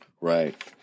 Right